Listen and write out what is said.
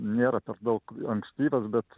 nėra per daug ankstyvas bet